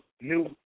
new